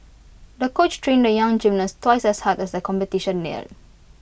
the coach trained the young gymnast twice as hard as the competition neared